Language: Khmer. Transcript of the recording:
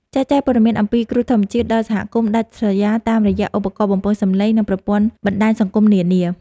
ចែកចាយព័ត៌មានអំពីគ្រោះធម្មជាតិដល់សហគមន៍ដាច់ស្រយាលតាមរយៈឧបករណ៍បំពងសំឡេង និង ប្រព័ន្ធបណ្ដាញសង្គមនានា។